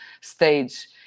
stage